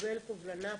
שמקבל קובלנה פלילית?